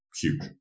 huge